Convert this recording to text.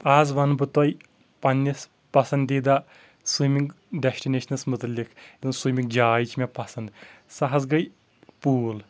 آز ونہٕ بہٕ تۄہہِ پنٕنس پسنٛدیٖدہ سُمنٛگ ڈٮ۪سٹٕنیشنس مُتعلق سُمنٛگ جاے چھِ مےٚ پسنٛد سۄ حظ گٔیے پوٗل